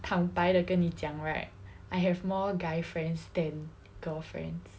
坦白地跟你讲 right I have more guy friends then girl friends